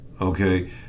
Okay